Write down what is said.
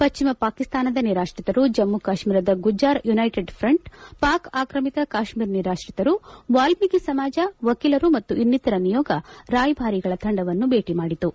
ಪಶ್ಚಿಮ ಪಾಕಿಸ್ತಾನದ ನಿರಾಶ್ರಿತರು ಜಮ್ಮ ಕಾಶ್ಮೀರದ ಗುಜ್ಜಾರ್ ಯುನೈಟೆಡ್ ಫಾಂಟ್ ಪಾಕ್ ಆಕ್ರಮಿತ ಕಾಶ್ಮೀರ ನಿರಾತ್ರಿತರು ವಾಲ್ಮೀಕಿ ಸಮಾಜ ವಕೀಲರು ಮತ್ತು ಇನ್ನಿತರ ನಿಯೋಗ ರಾಯಭಾರಿಗಳ ತಂಡವನ್ನು ಭೇಟಿ ಮಾಡಿತು